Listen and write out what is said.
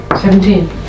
Seventeen